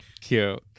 Cute